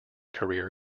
career